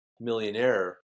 millionaire